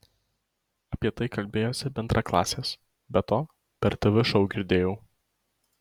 apie tai kalbėjosi bendraklasės be to per tv šou girdėjau